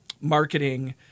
marketing